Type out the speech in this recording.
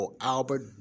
Albert